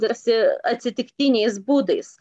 tarsi atsitiktiniais būdais